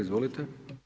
Izvolite.